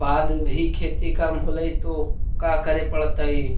बाद भी खेती कम होलइ तो का करे पड़तई?